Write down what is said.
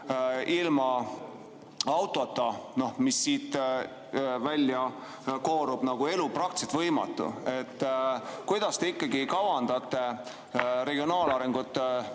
ilma autota, nagu siit välja koorub, on praktiliselt võimatu. Kuidas te ikkagi kavandate regionaalarengut,